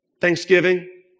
thanksgiving